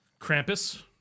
Krampus